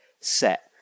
set